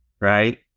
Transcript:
right